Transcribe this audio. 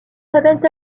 révèlent